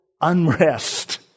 unrest